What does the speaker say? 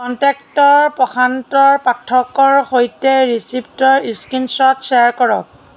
contractor Prashant পাঠকৰ সৈতে ৰিচিপ্টৰ স্ক্ৰীনশ্বট শ্বেয়াৰ কৰক